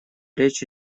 речь